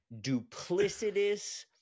duplicitous